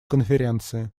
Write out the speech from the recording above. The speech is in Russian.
конференции